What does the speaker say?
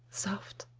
soft!